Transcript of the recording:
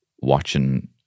watching